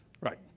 Right